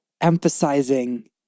emphasizing